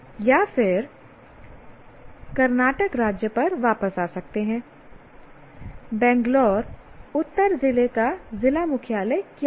या फिर कर्नाटक राज्य पर वापस आ सकते हैं बैंगलोर उत्तर जिले का जिला मुख्यालय क्या है